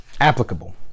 applicable